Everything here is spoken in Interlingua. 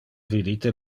vidite